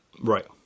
Right